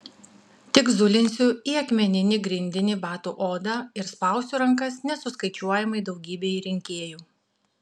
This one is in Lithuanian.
tik zulinsiu į akmeninį grindinį batų odą ir spausiu rankas nesuskaičiuojamai daugybei rinkėjų